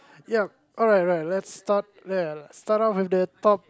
ya alright alright let's start ya start off with the top